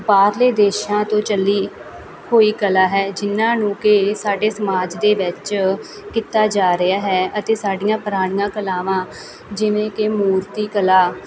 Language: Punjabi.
ਬਾਹਰਲੇ ਦੇਸ਼ਾਂ ਤੋਂ ਚੱਲੀ ਹੋਈ ਕਲਾ ਹੈ ਜਿਨ੍ਹਾਂ ਨੂੰ ਕਿ ਸਾਡੇ ਸਮਾਜ ਦੇ ਵਿੱਚ ਕੀਤਾ ਜਾ ਰਿਹਾ ਹੈ ਅਤੇ ਸਾਡੀਆਂ ਪੁਰਾਣੀਆਂ ਕਲਾਵਾਂ ਜਿਵੇਂ ਕਿ ਮੂਰਤੀ ਕਲਾ